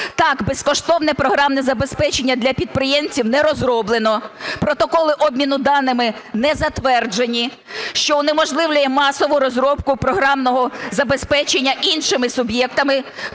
Так, безкоштовне програмне забезпечення для підприємців не розроблено, протоколи обміну даними не затверджені, що унеможливлює масову розробку програмного забезпечення іншими суб'єктами.